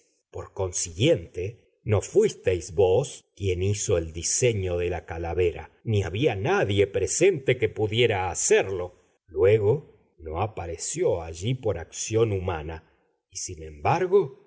por consiguiente no fuisteis vos quien hizo el diseño de la calavera ni había nadie presente que pudiera hacerlo luego no apareció allí por acción humana y sin embargo